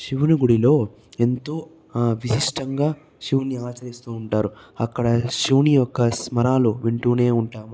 శివుని గుడిలో ఎంతో విశిష్టంగా శివుని ఆచరిస్తూ ఉంటారు అక్కడ శివుని యొక్క స్మరాలు వింటూనే ఉంటాము